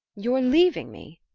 your leaving me?